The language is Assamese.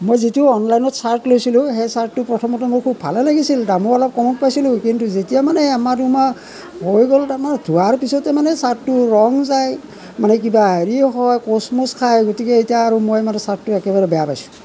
মই যিটো অনলাইনত চাৰ্ট লৈছিলোঁ সেই চাৰ্টটো প্ৰথমতে মই খুব ভালেই লাগিছিল দামো অলপ কমত পাইছিলোঁ কিন্তু আমাৰ মা ধোৱা গ'ল আমাৰ ধোৱাৰ পিছতে মানে চাৰ্টটো ৰং যায় মানে কিবা হেৰি হয় কুচমুচ খাই গতিকে এতিয়া আৰু মই মানে চাৰ্টটো একেবাৰে বেয়া পাইছোঁ